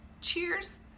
Cheers